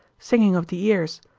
singing of the ears,